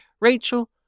Rachel